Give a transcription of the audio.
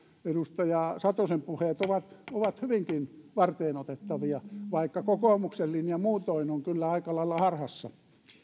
edustaja satosen puheet ovat ovat hyvinkin varteenotettavia vaikka kokoomuksen linja muutoin on kyllä aika lailla harhassa